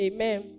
Amen